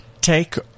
Take